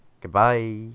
Goodbye